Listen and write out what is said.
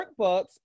workbooks